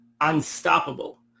unstoppable